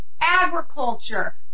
agriculture